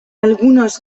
algunos